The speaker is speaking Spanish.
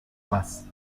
más